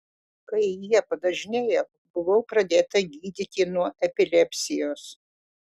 kai jie padažnėjo buvau pradėta gydyti nuo epilepsijos